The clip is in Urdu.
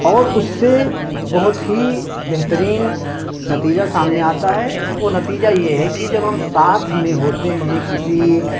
اور اس سے بہت ہی بہترین نتیجہ سامنے آتا ہے وہ نتیجہ یہ ہے کہ جب ہم ساتھ میں ہوتے ہیں کسی